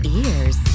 ears